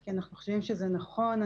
כי אנחנו חושבים שזה נכון.